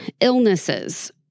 illnesses